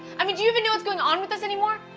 i mean do you even know what's going on with us anymore?